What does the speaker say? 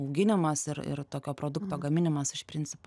auginimas ir ir tokio produkto gaminimas iš principo